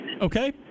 Okay